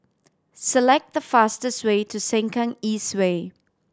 select the fastest way to Sengkang East Way